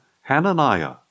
Hananiah